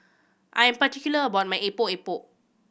I am particular about my Epok Epok